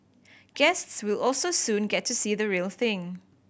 guests will also soon get to see the real thing